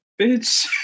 bitch